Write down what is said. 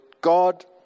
God